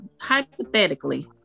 hypothetically